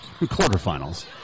Quarterfinals